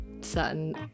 certain